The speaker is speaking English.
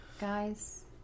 Guys